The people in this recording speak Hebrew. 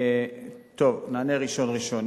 טוב, נענה ראשון ראשון.